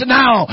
now